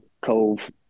Cove